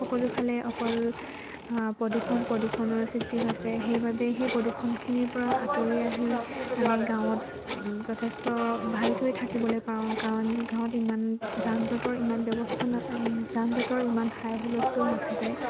সকলোফালে অকল প্ৰদূষণ প্ৰদূষণৰ সৃষ্টি হৈছে সেইবাবে সেই প্ৰদূষণখিনিৰ পৰা আঁতৰি আহি আমি গাঁৱত যথেষ্ট ভালকৈ থাকিবলৈ পাওঁ কাৰণ গাঁৱত ইমান যান জঁটৰ ইমান ব্যৱস্থা যান জঁটৰ ইমান হাই হুলস্থূল নাথাকে